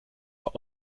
are